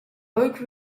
oak